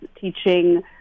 teaching